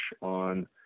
on